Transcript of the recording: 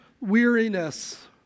weariness